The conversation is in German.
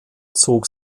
zog